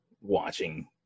watching